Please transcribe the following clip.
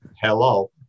Hello